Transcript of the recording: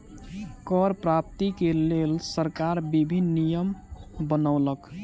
कर प्राप्ति के लेल सरकार विभिन्न नियम बनौलक